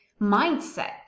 mindset